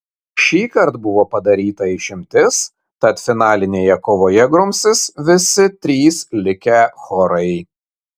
šįkart buvo padaryta išimtis tad finalinėje kovoje grumsis visi trys likę chorai